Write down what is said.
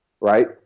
Right